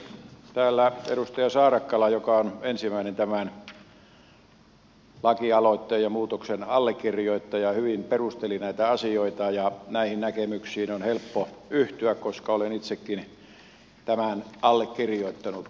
täällä edustaja saarakkala joka on tämän lakialoitteen ja muutoksen ensimmäinen allekirjoittaja hyvin perusteli näitä asioita ja näihin näkemyksiin on helppo yhtyä koska olen itsekin tämän allekirjoittanut